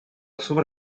sobre